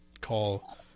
call